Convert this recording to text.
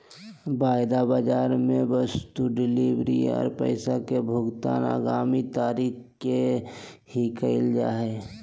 वायदा बाजार मे वस्तु डिलीवरी आर पैसा के भुगतान आगामी तारीख के ही करल जा हय